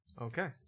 Okay